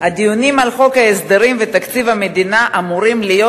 הדיונים על חוק ההסדרים ותקציב המדינה אמורים להיות